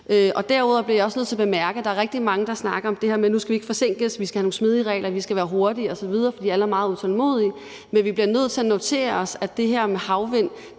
Derudover bliver jeg også nødt til at bemærke, at der er rigtig mange, der snakker om, at nu skal vi ikke forsinkes, at vi skal have nogle smidige regler, at vi skal være hurtige osv., for alle er meget utålmodige. Men vi bliver nødt til at notere os, at det her med havvindmøller,